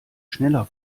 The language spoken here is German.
schneller